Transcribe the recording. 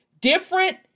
different